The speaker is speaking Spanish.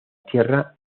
tierra